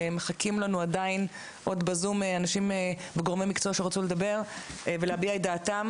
מחכים לנו עדיין עוד בזום אנשים וגורמי מקצוע שרצו לדבר ולהביע את דעתם.